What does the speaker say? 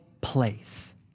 place